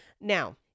Now